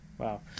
Wow